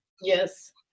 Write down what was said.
Yes